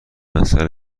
مسأله